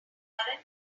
current